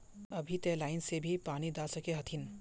अभी ते लाइन से भी पानी दा सके हथीन?